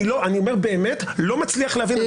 אני באמת לא מצליח להבין.